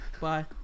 bye